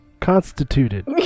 Constituted